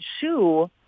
shoe